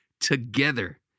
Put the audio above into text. together